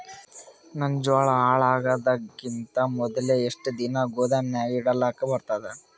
ನನ್ನ ಜೋಳಾ ಹಾಳಾಗದಕ್ಕಿಂತ ಮೊದಲೇ ಎಷ್ಟು ದಿನ ಗೊದಾಮನ್ಯಾಗ ಇಡಲಕ ಬರ್ತಾದ?